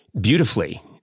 beautifully